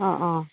অঁ অঁ